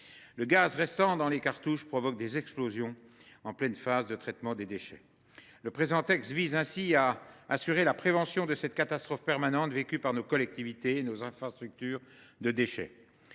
Le gaz restant dans les cartouches provoque des explosions durant la phase de traitement des déchets. Ce texte vise ainsi à prévenir cette catastrophe permanente vécue par nos collectivités et nos infrastructures de